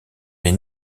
les